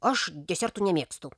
aš desertų nemėgstu